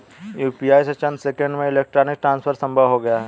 UPI से चंद seconds में इलेक्ट्रॉनिक ट्रांसफर संभव हो गया है